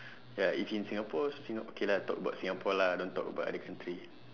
ya if in singapore also singa~ okay lah talk about singapore lah don't talk about other country